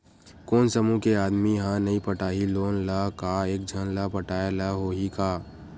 कोन समूह के आदमी हा नई पटाही लोन ला का एक झन ला पटाय ला होही का?